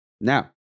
Now